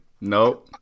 Nope